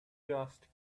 dust